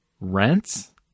rents